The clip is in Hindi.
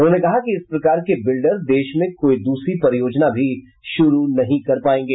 उन्होंने कहा कि इस प्रकार के बिल्डर देश में कोई दूसरी परियोजना भी शुरू नहीं कर पायेंगे